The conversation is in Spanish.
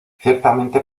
ciertamente